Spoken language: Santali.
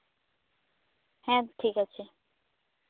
ᱦᱮᱸ ᱴᱷᱤᱠ ᱟᱪᱪᱷᱮ